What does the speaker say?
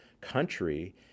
country